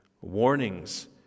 warnings